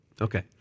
Okay